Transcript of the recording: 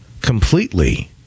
completely